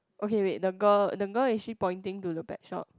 okay wait the girl the girl is she pointing to the pet shop